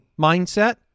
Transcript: mindset